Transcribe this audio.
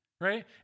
right